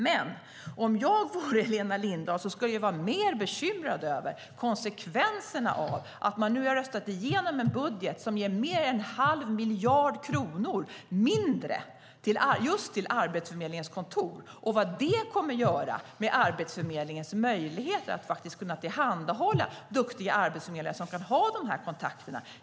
Men om jag vore Helena Lindahl skulle jag vara mer bekymrad över konsekvenserna av att man nu har röstat igenom en budget som ger mer än en halv miljard kronor mindre just till Arbetsförmedlingens kontor och vad det kommer att göra med Arbetsförmedlingens möjligheter att tillhandahålla duktiga arbetsförmedlare som kan ha dessa kontakter.